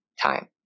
time